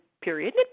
period